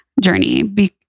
journey